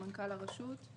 מנכ"ל הרשות,